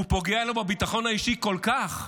הוא פוגע לו בביטחון האישי כל כך,